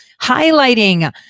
Highlighting